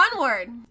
Onward